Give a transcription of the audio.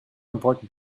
important